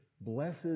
Blessed